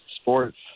sports